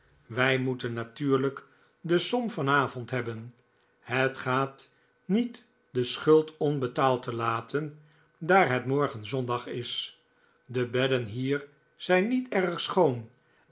wij moeten natuurlijk de som vanavond hebben het gaat niet de schuld onbetaald te laten daar het morgen zondag is de bedden hier zijn niet erg schoon